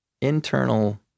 internal